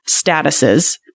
statuses